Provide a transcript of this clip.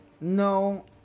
No